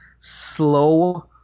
slow